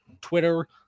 Twitter